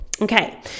Okay